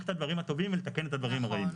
את הדברים הטובים ולתקן את הדברים הרעים.